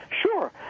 Sure